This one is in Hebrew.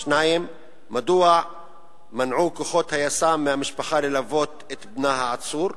2. מדוע מנעו כוחות היס"מ מהמשפחה ללוות את בנה העצור?